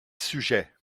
sujet